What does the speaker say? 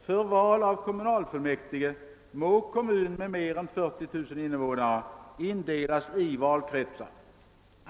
>För val av kommunalfullmäktige må kommun med mera än 40 000 invånare indelas i valkretsar.